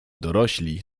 dorośli